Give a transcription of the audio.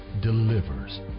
delivers